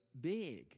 big